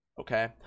Okay